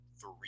three